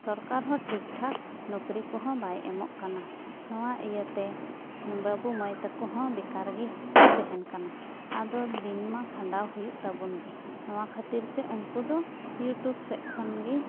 ᱥᱚᱨᱠᱟᱨ ᱦᱚᱸ ᱴᱷᱤᱠ ᱴᱷᱟᱠ ᱱᱚᱠᱨᱤ ᱠᱚᱦᱚᱸ ᱵᱟᱭ ᱮᱢᱚᱜ ᱠᱟᱱᱟ ᱱᱚᱣᱟ ᱤᱭᱟᱹ ᱛᱮ ᱵᱟᱹᱵᱩ ᱢᱟᱹᱭ ᱛᱟᱠᱚ ᱦᱚᱸ ᱵᱮᱠᱟᱨ ᱜᱮ ᱛᱟᱦᱮᱱ ᱠᱟᱱᱟ ᱟᱫᱚ ᱫᱤᱱ ᱢᱟ ᱠᱷᱟᱰᱟᱣ ᱦᱩᱭᱩᱜ ᱛᱟᱵᱚᱱ ᱜᱮ ᱱᱚᱣᱟ ᱠᱷᱟᱹᱛᱤᱨ ᱛᱮ ᱩᱱᱠᱩ ᱫᱚ ᱤᱭᱩᱴᱩᱵ ᱥᱮᱡ ᱠᱷᱚᱱ ᱜᱤ